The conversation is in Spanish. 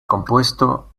compuesto